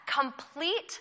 complete